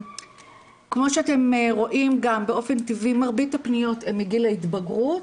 כמו שאתם רואים גם באופן טבעי מרבית הפניות הן מגיל ההתבגרות,